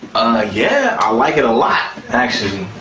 ah yeah, i like it a lot actually.